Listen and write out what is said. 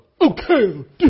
okay